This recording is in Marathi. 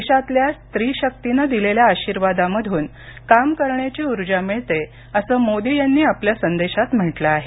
देशातल्या स्त्री शक्तीनं दिलेल्या आशीर्वादामधून काम करण्याची उर्जा मिळते असं मोदी यांनी आपल्या संदेशात म्हटलं आहे